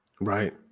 right